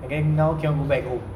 and then now cannot go back home